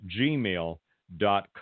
gmail.com